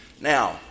Now